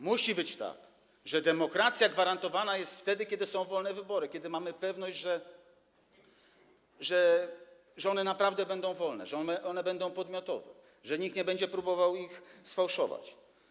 Musi być tak, że demokracja gwarantowana jest wtedy, kiedy są wolne wybory, kiedy mamy pewność, że one naprawdę będą wolne, że one będą podmiotowe, że nikt nie będzie próbował ich sfałszować.